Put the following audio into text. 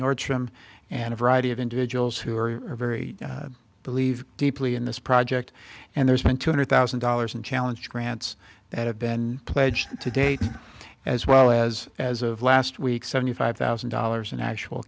nordstrom and a variety of individuals who are very believe deeply in this project and there's been two hundred thousand dollars in challenge grants that have been pledged to date as well as as of last week seventy five thousand dollars in na